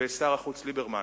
בשר החוץ ליברמן?